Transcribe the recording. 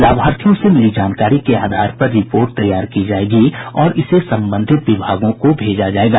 लाभार्थियों से मिली जानकारी के आधार पर रिपोर्ट तैयार की जायेगी और इसे संबंधित विभागों को भेजा जायेगा